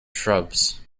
shrubs